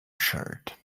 shirt